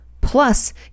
Plus